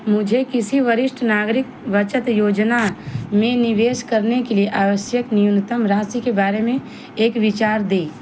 मुझे किसी वरिष्ठ नागरिक बचत योजना में निवेश करने के लिए आवश्यक न्यूनतम राशि के बारे में एक विचार दें